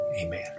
Amen